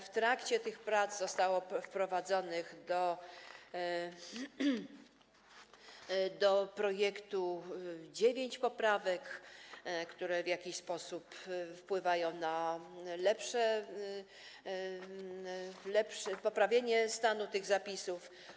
W trakcie tych prac zostało wprowadzonych do projektu dziewięć poprawek, które w jakiś sposób wpływają na poprawienie stanu tych zapisów.